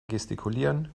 gestikulieren